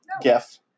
GIF